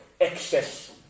excess